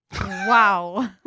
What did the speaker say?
Wow